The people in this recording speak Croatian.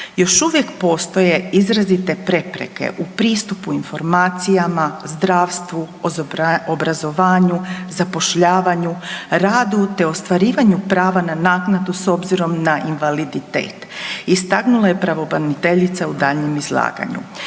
Još uvijek postoje izrazite prepreke u pristupu informacijama, zdravstvu, obrazovanju, zapošljavanju, radu te ostvarivanju prava na naknadu s obzirom na invaliditet istaknula je pravobraniteljica u daljnjem izlaganju.